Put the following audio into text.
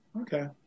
Okay